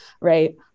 right